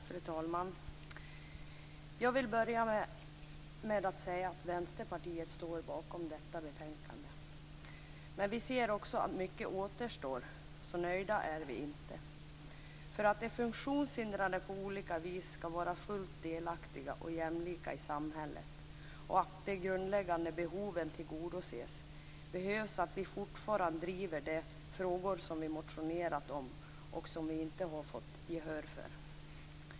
Fru talman! Jag vill börja med att säga att Vänsterpartiet står bakom detta betänkande. Men vi ser också att mycket återstår, så vi är inte nöjda. För att de funktionshindrade på olika vis skall vara fullt delaktiga och jämlika i samhället och deras grundläggande behoven skall tillgodoses behövs att vi fortsätter att driva de frågor som vi har motionerat om och som vi inte har fått gehör för.